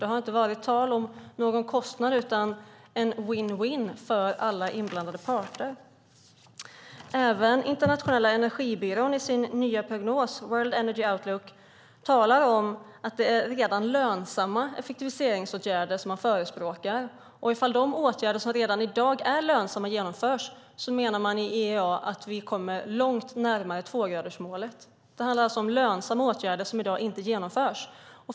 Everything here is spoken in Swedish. Det har inte varit tal om någon kostnad, utan om ett vinn-vinn för alla inblandade parter. Även Internationella energibyrån talar i sin nya prognos, World Energy Outlook , om att det är redan lönsamma effektiviseringsåtgärder som man förespråkar. Ifall de åtgärder som redan i dag är lönsamma vidtas menar man i IEA att vi kommer långt närmare tvågradersmålet. Det handlar alltså om lönsamma åtgärder som i dag inte vidtas.